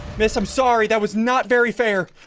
miss. i'm sorry. that was not very fair